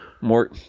More